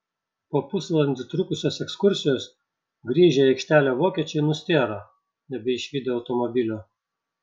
po pusvalandį trukusios ekskursijos grįžę į aikštelę vokiečiai nustėro nebeišvydę automobilio